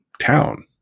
town